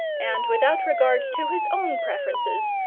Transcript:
and without regard to his own preferences,